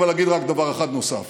אבל אגיד רק דבר אחד נוסף,